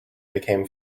became